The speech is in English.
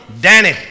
Danny